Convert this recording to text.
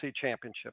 championship